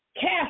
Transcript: Cast